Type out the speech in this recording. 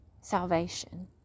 salvation